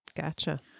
gotcha